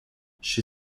she